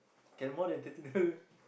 can more than thirty dollar